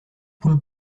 poules